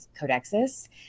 Codexis